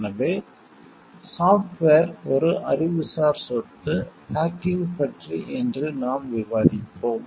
எனவே சாஃப்ட்வேர் ஒரு அறிவுசார் சொத்து ஹேக்கிங் பற்றி இன்று நாம் விவாதிப்போம்